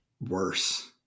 worse